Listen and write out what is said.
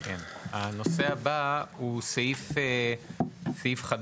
הנושא הבא הוא סעיף חדש,